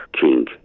king